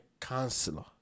counselor